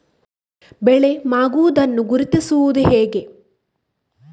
ಬೆಳೆ ಮಾಗುವುದನ್ನು ಗುರುತಿಸುವುದು ಹೇಗೆ?